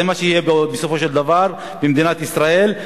זה מה שיהיה בסופו של דבר במדינת ישראל.